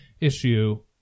issue